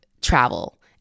travel